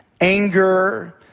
anger